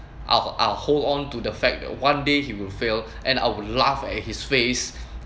I'll I'll hold on to the fact one day he will fail and I would laugh at his face